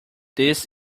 this